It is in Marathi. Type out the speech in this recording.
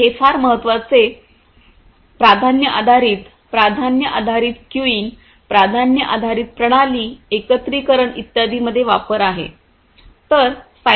तर हे फार महत्वाचे प्राधान्य आधारित प्राधान्य आधारित क्यूईंग प्राधान्य आधारित प्रणाली एकत्रीकरण इत्यादीमध्ये वापर आहे